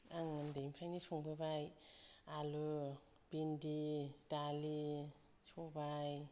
आं उन्दैनिफ्रायनो संबोबाय आलु भिन्दि दालि सबाय